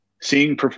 Seeing